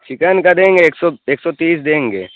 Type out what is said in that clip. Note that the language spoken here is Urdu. چکن کا دیں گے ایک سو ایک سو تیس دیں گے